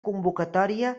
convocatòria